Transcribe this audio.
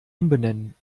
umbenennen